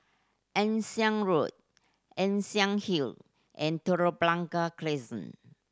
Ann Siang Road Ann Siang Hill and Telok Blangah Crescent